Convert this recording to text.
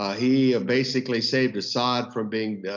ah he basically saved assad from being